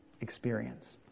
experience